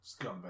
scumbag